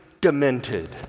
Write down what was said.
demented